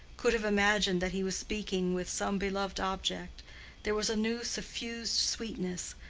could have imagined that he was speaking with some beloved object there was a new suffused sweetness,